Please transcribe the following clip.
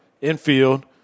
infield